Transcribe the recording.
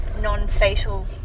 non-fatal